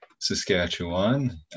Saskatchewan